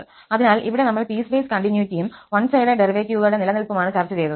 അതിനാൽ ഇവിടെ നമ്മൾ പീസ്വൈസ് കണ്ടിന്യൂറ്റിയും വൺ സൈഡഡ് ഡെറിവേറ്റീവുകളുടെ നിലനിൽപ്പുമാണ് ചർച്ച ചെയ്തത്